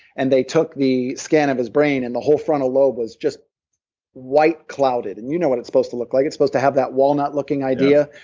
and they took the scan of his brain, and the whole frontal lobe was just white, clouded. and you know what it's supposed to look like, it's supposed to have that walnut-looking idea,